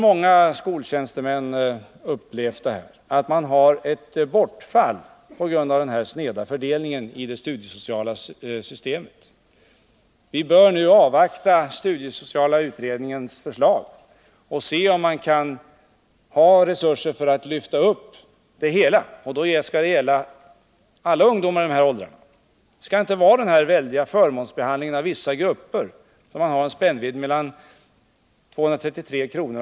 Många skoltjänstemän har upplevt att man har fått ett bortfall på grund av den sneda fördelningen i det studiesociala systemet. Vi bör nu avvakta den studiesociala utredningens förslag och se, om man har resurser för att lyfta upp det hela. Då skall det gälla alla ungdomar i dessa åldrar. Det skall inte vara denna väldiga förmånsbehandling av vissa grupper av ungdomar med en så stor spännvidd som den mellan 233 kr.